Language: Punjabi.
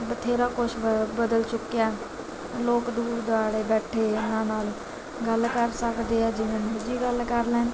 ਬਥੇਰਾ ਕੁਛ ਬਦ ਬਦਲ ਚੁੱਕਿਆ ਲੋਕ ਦੂਰ ਦੁਰਾਡੇ ਬੈਠੇ ਇਹਨਾਂ ਨਾਲ ਗੱਲ ਕਰ ਸਕਦੇ ਆ ਜਿਵੇਂ ਮਰਜ਼ੀ ਗੱਲ ਕਰ ਲੈਣ